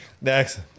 Next